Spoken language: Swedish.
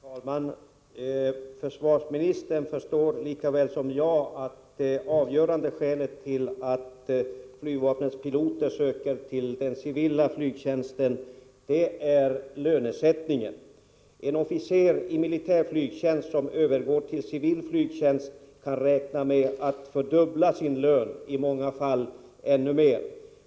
Herr talman! Försvarsministern förstår lika väl som jag att det avgörande skälet till att flygvapnets piloter söker sig till den civila flygtjänsten är lönesättningen. En officer i militär flygtjänst som övergår till civil flygtjänst kan räkna med att kunna fördubbla sin lön, i många fall öka den ännu mer.